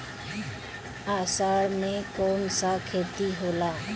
अषाढ़ मे कौन सा खेती होला?